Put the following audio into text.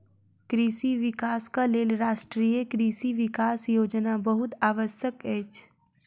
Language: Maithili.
कृषि विकासक लेल राष्ट्रीय कृषि विकास योजना बहुत आवश्यक अछि